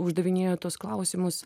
uždavinėjo tuos klausimus